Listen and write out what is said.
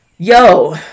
Yo